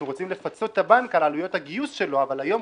אנחנו רוצים לפצות את הבנק על עלויות הגיוס שלו אבל היום,